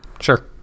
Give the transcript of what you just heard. Sure